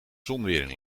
zonwering